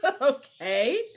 Okay